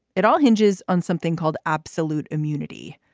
it all hinges on something called absolute immunity.